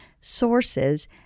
sources